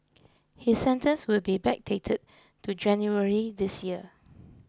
his sentence will be backdated to January this year